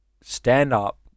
stand-up